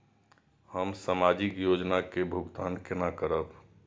हम सामाजिक योजना के भुगतान केना करब?